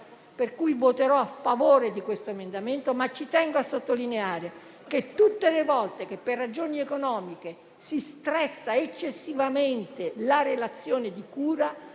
persona. Voterò a favore di questo emendamento, ma ci tengo a sottolineare che, tutte le volte che, per ragioni economiche, si stressa eccessivamente la relazione di cura,